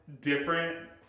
different